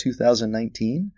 2019